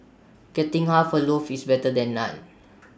getting half A loaf is better than none